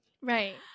right